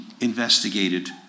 investigated